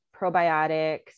probiotics